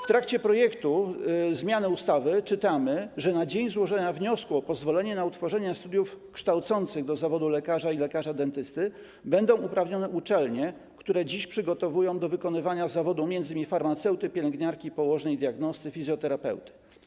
W projekcie zmiany ustawy czytamy, że na dzień złożenia wniosku o pozwolenie na utworzenie studiów kształcących do zawodu lekarza i lekarza dentysty będą uprawnione uczelnie, które dziś przygotowują do wykonywania zawodu m.in. farmaceuty, pielęgniarki, położnej, diagnosty, fizjoterapeuty.